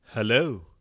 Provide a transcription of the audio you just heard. Hello